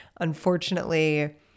Unfortunately